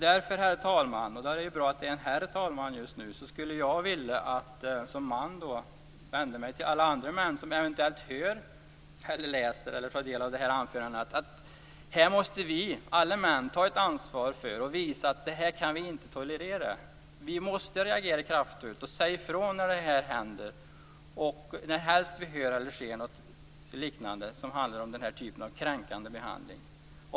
Därför, herr talman - och det är bra att det är en herr talman just nu - skulle jag som man vilja vända mig till alla andra män som eventuellt hör, läser eller på andra sätt tar del av det här anförandet. Här måste vi, alla män, ta ett ansvar för att visa att vi inte kan tolerera detta. Vi måste reagera kraftfullt och säga ifrån när helst vi hör eller ser något som handlar om den här typen av kränkande behandling.